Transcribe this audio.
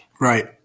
Right